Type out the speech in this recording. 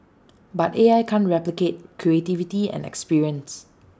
but A I can't replicate creativity and experience